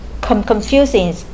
confusing